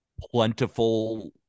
plentiful